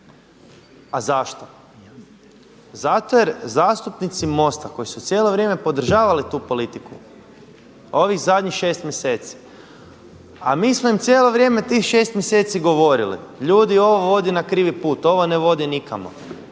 A zašto? Zato jer zastupnici MOST-a koji su cijelo vrijeme podržavali tu politiku ovih zadnjih šest mjeseci, a mi smo im cijelo vrijeme tih šest mjeseci govorili, ljudi ovo vodi na krivi put, ovo ne vodi nikamo,